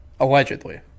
Allegedly